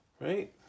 Right